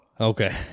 Okay